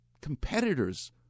competitors